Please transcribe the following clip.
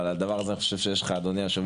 אבל על הדבר הזה אני חושב שיש לך את היכולת,